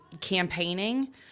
campaigning